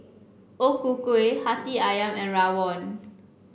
O Ku Kueh Hati ayam and Rawon